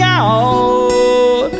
out